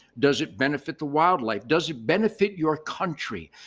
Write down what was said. does it benefit the wildlife? does it benefit your country?